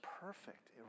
perfect